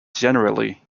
generally